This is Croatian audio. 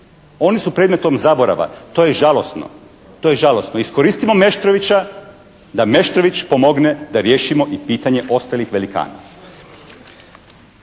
Oni su predmetom zaborava. To je žalosno. Iskoristimo Meštrovića da Meštrović pomogne da riješimo i pitanje ostalih velikana.